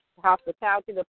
hospitality